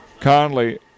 Conley